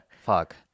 Fuck